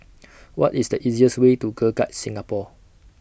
What IS The easiest Way to Girl Guides Singapore